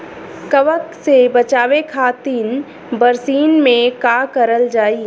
कवक से बचावे खातिन बरसीन मे का करल जाई?